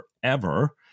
forever